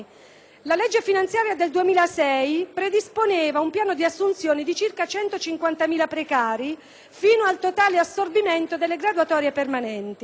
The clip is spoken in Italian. La legge finanziaria del 2006 predisponeva un piano di assunzione di circa 150.000 precari, fino al totale assorbimento delle graduatorie permanenti.